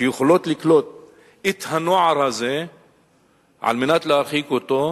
את הנוער הזה על מנת להרחיק אותו,